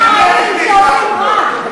שייך, שעושים רע.